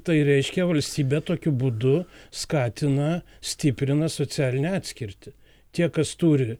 tai reiškia valstybė tokiu būdu skatina stiprina socialinę atskirtį tie kas turi